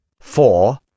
four